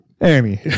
amy